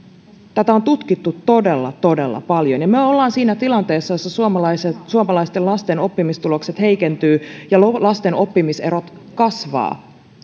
tätä on tutkittu todella todella paljon me olemme siinä tilanteessa jossa suomalaisten suomalaisten lasten oppimistulokset heikentyvät ja lasten oppimiserot kasvavat eli